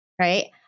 right